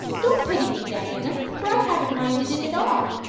don't pity me, diana, for i haven't minded it at all.